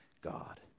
God